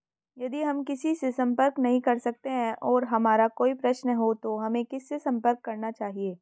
यदि हम किसी से संपर्क नहीं कर सकते हैं और हमारा कोई प्रश्न है तो हमें किससे संपर्क करना चाहिए?